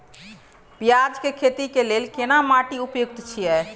पियाज के खेती के लेल केना माटी उपयुक्त छियै?